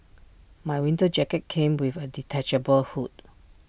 my winter jacket came with A detachable hood